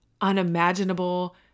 unimaginable